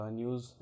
news